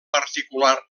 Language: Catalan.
particular